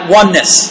oneness